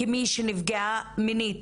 כמי שנפגעה מינית